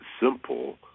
simple